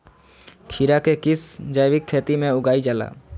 खीरा को किस जैविक खेती में उगाई जाला?